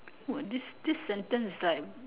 !wah! this this sentence is like